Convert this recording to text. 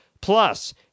Plus